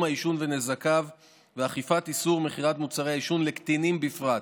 העישון ונזקיו ואכיפת איסור מכירת מוצרי העישון לקטינים בפרט.